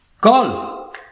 Call